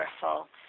powerful